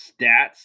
stats